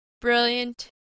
brilliant